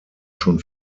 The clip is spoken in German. schon